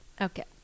Okay